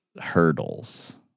hurdles